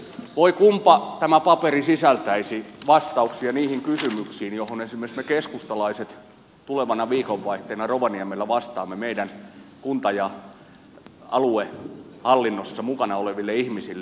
voi kunpa tämä paperi sisältäisi vastauksia niihin kysymyksiin joihin esimerkiksi me keskustalaiset tulevana viikonvaihteena rovaniemellä vastaamme meidän kunta ja aluehallinnossa mukana oleville ihmisille